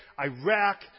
Iraq